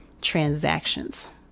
transactions